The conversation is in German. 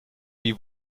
wie